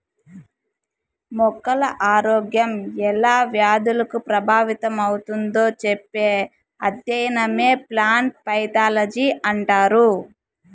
మొక్కల ఆరోగ్యం ఎలా వ్యాధులకు ప్రభావితమవుతుందో చెప్పే అధ్యయనమే ప్లాంట్ పైతాలజీ అంటారు